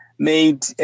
made